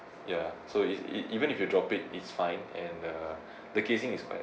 ya so is e~ even if you drop it it's fine and uh the casing is quite